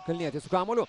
kalnietis su kamuoliu